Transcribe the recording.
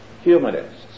humanists